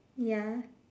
ya